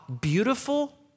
beautiful